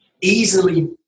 easily